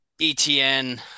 ETN